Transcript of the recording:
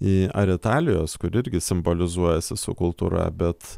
į ar italijos kuri irgi simbolizuojasi su kultūra bet